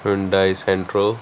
Hyundai Santro